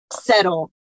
settle